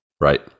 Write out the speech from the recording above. Right